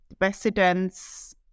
residents